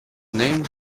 named